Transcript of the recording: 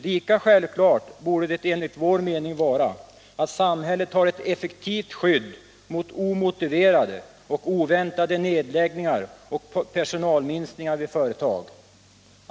Lika självklart borde det enligt vår mening vara att samhället har ett effektivt skydd mot omotiverade och oväntade nedläggningar och personalminskningar vid företag.